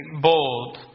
bold